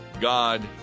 God